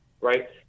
right